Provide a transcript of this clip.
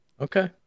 Okay